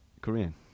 Korean